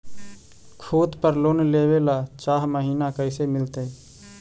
खूत पर लोन लेबे ल चाह महिना कैसे मिलतै?